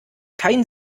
kein